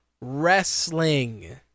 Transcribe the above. wrestling